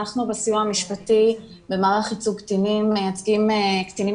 אנחנו בסיוע המשפטי במערך ייצוג קטינים מייצגים קטינים